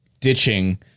Ditching